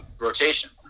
rotation